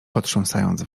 potrząsając